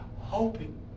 hoping